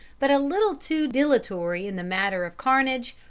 but a little too dilatory in the matter of carnage,